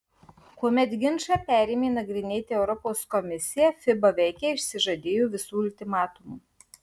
kuomet ginčą perėmė nagrinėti europos komisija fiba veikiai išsižadėjo visų ultimatumų